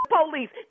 police